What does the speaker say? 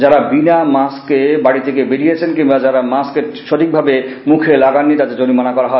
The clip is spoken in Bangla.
যারা বিনা মাস্কে বাড়ী থেকে বেরিয়েছেন কিংবা যারা মাস্ক সঠিক ভাবে মুখে লাগাননি তাদের জরিমানা করা হয়